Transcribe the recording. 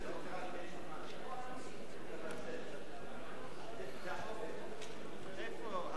לא,